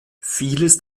vieles